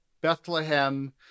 Bethlehem